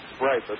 right